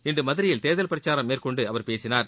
இன்று மதுரையில் தேர்தல் பிரச்சாரம் மேற்கொண்டு அவர் பேசினார்